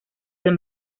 del